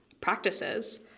practices